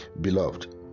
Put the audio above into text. Beloved